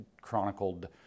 chronicled